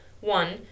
One